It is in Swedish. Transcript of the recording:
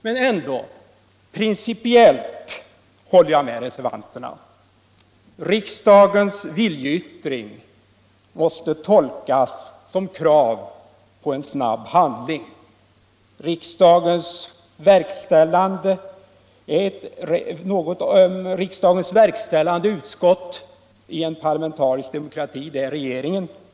Men ändå, principiellt håller jag med reservanterna. Riksdagens viljeyttring måste tolkas som krav på en snabb handling. I en parlamentarisk demokrati är riksdagens verkställande utskott regeringen.